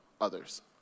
others